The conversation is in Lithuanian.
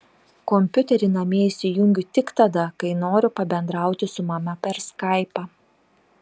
kompiuterį namie įsijungiu tik tada kai noriu pabendrauti su mama per skaipą